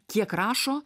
kiek rašo